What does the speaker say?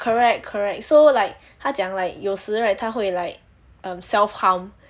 correct correct so like 他讲 like 有时 right 他会 like um self harm